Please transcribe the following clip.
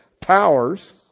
powers